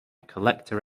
collector